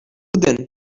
then